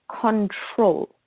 control